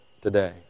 today